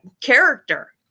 character